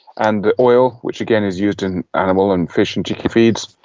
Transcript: and the oil, which again is used in animal and fish and chicken feeds.